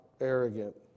arrogant